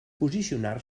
posicionar